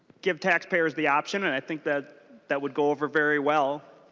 give taxpayers the option and i think that that would go over very well.